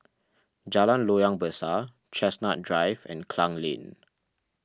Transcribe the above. Jalan Loyang Besar Chestnut Drive and Klang Lane